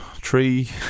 tree